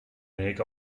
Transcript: unig